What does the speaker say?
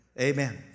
Amen